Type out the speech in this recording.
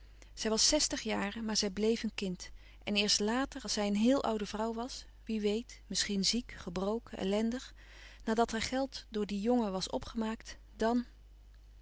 zij was zestig jaren maar zij bleef een kind en eerst later als zij een heel oude vrouw was wie weet misschien ziek gebroken ellendig nadat haar geld door dien jongen was opgemaakt dan